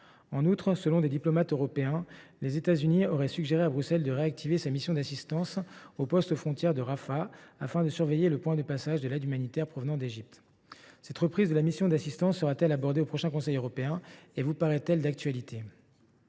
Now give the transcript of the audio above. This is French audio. En outre, selon des diplomates européens, les États Unis auraient suggéré à Bruxelles de réactiver sa mission d’assistance au poste frontière de Rafah, afin de surveiller le point de passage de l’aide humanitaire en provenance d’Égypte. Cette reprise de la mission d’assistance sera t elle abordée au prochain Conseil européen et vous paraît elle d’actualité ?